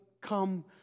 come